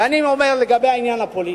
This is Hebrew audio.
ואני אומר לגבי העניין הפוליטי.